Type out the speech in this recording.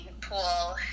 pool